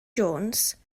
jones